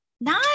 Nice